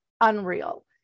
unreal